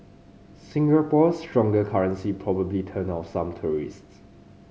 Singapore's stronger currency probably turned off some tourists